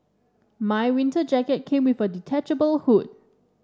my winter jacket came with a detachable hood